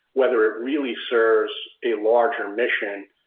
whether it really serves a larger mission,